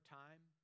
time